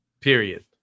period